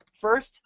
First